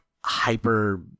hyper